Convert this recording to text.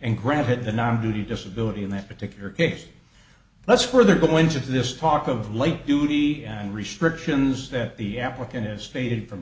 and granted a non duty disability in that particular case let's further go into this talk of late duty and restrictions that the applicant has faded from